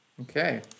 Okay